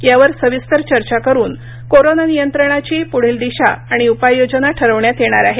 यावर सविस्तर चर्चा करून कोरोना नियंत्रणाची पुढील दिशा आणि उपाययोजना ठरविण्यात येणार आहेत